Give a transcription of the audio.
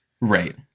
Right